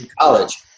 college